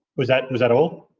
was that and was that all?